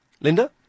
Linda